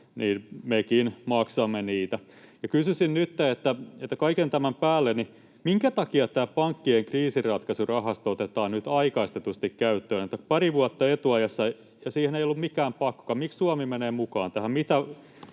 niin mekin maksamme niitä. Kysyisin nytten: minkä takia, kaiken tämän päälle, tämä pankkien kriisinratkaisurahasto otetaan nyt aikaistetusti käyttöön pari vuotta etuajassa? Siihen ei ollut mitään pakkoa. Miksi Suomi menee mukaan tähän?